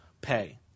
pay